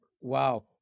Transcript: Wow